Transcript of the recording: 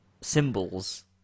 symbols